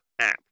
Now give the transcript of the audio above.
app